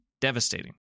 devastating